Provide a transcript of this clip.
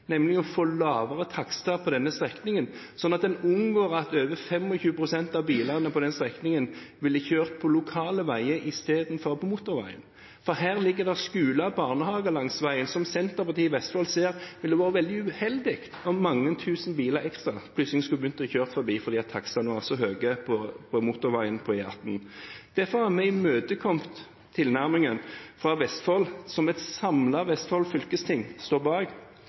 nemlig å få lavere takster på denne strekningen, sånn at en unngår at over 25 pst. av bilene på denne strekningen ville kjørt på lokale veier istedenfor på motorveien. Her ligger det skoler og barnehager langs veien som Senterpartiet i Vestfold ser at det ville vært veldig uheldig om mange tusen biler ekstra plutselig skulle begynt å kjøre forbi, fordi takstene var så høye på motorveien, på E18. Derfor har vi imøtekommet tilnærmingen fra Vestfold – som et samlet Vestfold fylkesting står bak